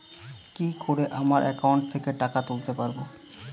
কি করে আমার একাউন্ট থেকে টাকা তুলতে পারব?